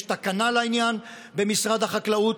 יש תקנה לעניין במשרד החקלאות,